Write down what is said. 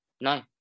No